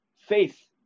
faith